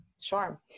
Sure